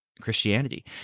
Christianity